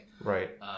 Right